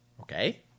okay